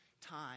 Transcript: time